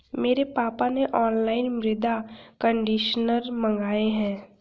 मेरे पापा ने ऑनलाइन मृदा कंडीशनर मंगाए हैं